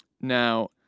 Now